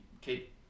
keep